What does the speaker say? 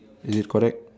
is it correct